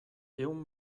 ehun